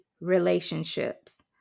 relationships